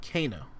Kano